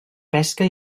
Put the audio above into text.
pesca